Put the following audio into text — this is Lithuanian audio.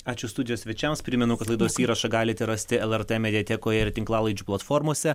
ačiū studijos svečiams primenu kad laidos įrašą galite rasti lrt mediatekoje ir tinklalaidžių platformose